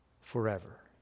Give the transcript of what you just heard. forever